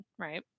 right